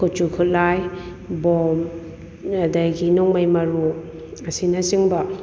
ꯈꯨꯠꯁꯨ ꯈꯨꯠꯂꯥꯏ ꯕꯣꯝ ꯑꯗꯒꯤ ꯅꯣꯡꯃꯩ ꯃꯔꯨ ꯑꯁꯤꯅꯆꯤꯡꯕ